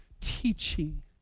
teaching